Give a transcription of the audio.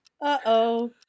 uh-oh